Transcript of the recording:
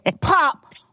pop